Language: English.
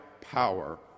power